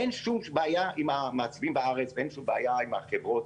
אין שום בעיה עם המעצבים בארץ ואין שום בעיה עם החברות,